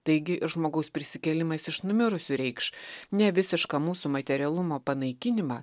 taigi žmogaus prisikėlimas iš numirusių reikš ne visišką mūsų materialumo panaikinimą